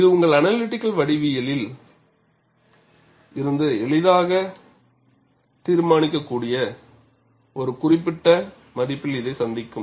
இது உங்கள் அனலிட்டிக்கல் வடிவியலில் இருந்து எளிதாக தீர்மானிக்கக்கூடிய ஒரு குறிப்பிட்ட மதிப்பில் இதைச் சந்திக்கும்